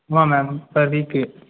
ஆமாம் ma'am per week